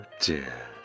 dear